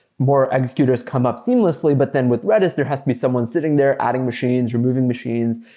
more executors come up seamlessly. but then with redis, there has to be someone sitting there adding machines, removing machines.